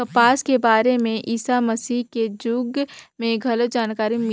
कपसा के बारे में ईसा मसीह के जुग में घलो जानकारी मिलथे